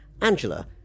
Angela